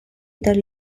tali